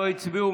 לא הצביעו,